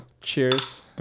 Cheers